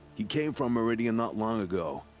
he came from meridian not long ago.